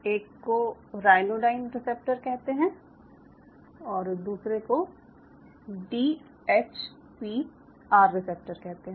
एक को ryanodine receptor कहते हैं और दूसरे को D H P R receptor कहते हैं